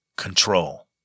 Control